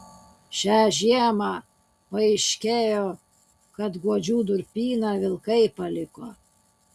šią žiemą paaiškėjo kad guodžių durpyną vilkai paliko